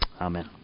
Amen